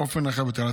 באופן רחב יותר.